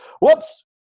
Whoops